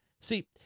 See